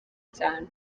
cyane